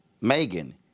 Megan